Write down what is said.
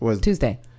Tuesday